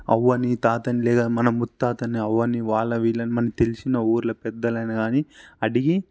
అవ్వని తాతని లేదా మన ముత్తాతని అవ్వని వాళ్ళ వీళ్ళని మన తెలిసిన ఊరిలో పెద్దలనిగాని అడిగి